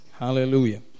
Hallelujah